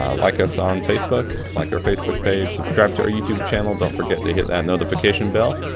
ah like us on facebook, like our facebook page, subscribe to our youtube channel, don't forget to hit that notification bell,